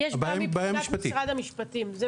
יש בעיה מבחינת משרד המשפטים.